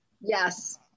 Yes